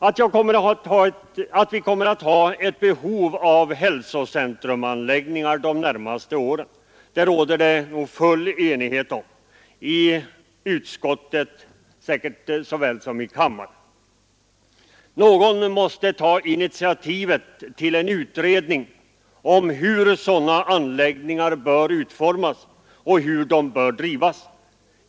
Att vi kommer att ha ett behov av hälsocentrumanläggningar de närmaste åren råder det full enighet om i utskottet och säkert också i kammaren. Någon måste ta initiativet till en utredning om hur sådana anläggningar bör utformas och drivas.